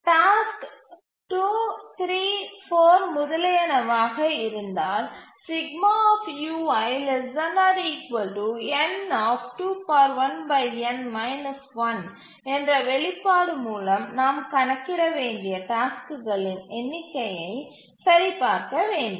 task 2 3 4 முதலியனவாக இருந்தால் என்ற வெளிப்பாடு மூலம் நாம் கணக்கிட வேண்டிய டாஸ்க்குகளின் எண்ணிக்கையை சரிபார்க்க வேண்டும்